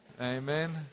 Amen